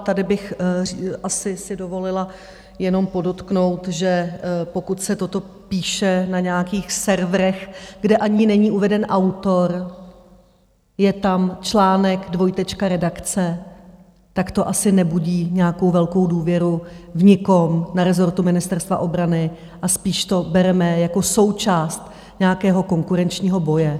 Tady bych asi si dovolila jenom podotknout, že pokud se toto píše na nějakých serverech, kde ani není uveden autor, je tam článek dvojtečka: redakce, tak to asi nebudí nějakou velkou důvěru v nikom na rezortu Ministerstva obrany a spíš to bereme jako součást nějakého konkurenčního boje.